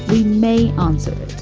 we may answer it.